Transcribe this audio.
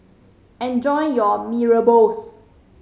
enjoy your Mee Rebus